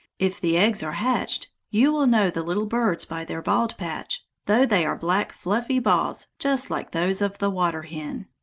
if the eggs are hatched, you will know the little birds by their bald patch, though they are black, fluffy balls, just like those of the water-hen.